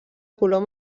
color